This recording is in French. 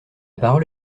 parole